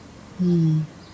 mm